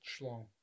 Schlong